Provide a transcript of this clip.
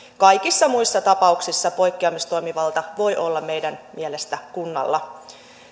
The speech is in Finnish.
kaikissa muissa tapauksissa poikkeamistoimivalta voi olla meidän mielestämme kunnalla